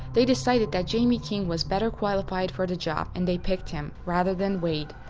they decided that jamie king was better qualified for the job, and they picked him, rather than wade.